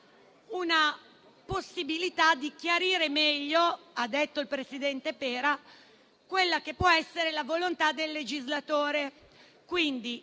una possibilità di chiarire meglio - ha detto il presidente Pera - quella che può essere la volontà del legislatore.